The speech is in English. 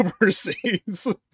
overseas